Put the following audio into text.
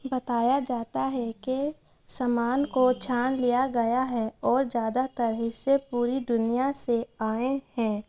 بتایا جاتا ہے کہ سمان کو چھان لیا گیا ہے اور زیادہ تر حصے پوری دنیا سے آئے ہیں